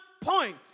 point